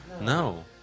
No